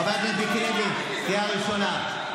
חבר הכנסת מיקי לוי, קריאה ראשונה.